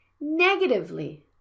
Negatively